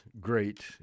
great